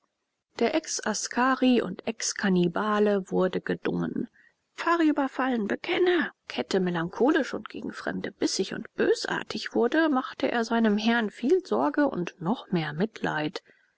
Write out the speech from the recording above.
der exaskari und exkannibale wurde gedungen weil der affe an der kette melancholisch und gegen fremde bissig und bösartig wurde machte er seinem herrn viel sorge und noch mehr mitleid